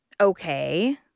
okay